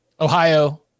Ohio